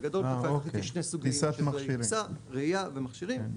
בגדול מתחלקת לשני סוגים, טיסה ראייה ומכשירים.